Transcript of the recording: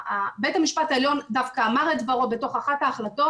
בית המשפט העליון דווקא אמר את דברו בתוך אחת ההחלטות,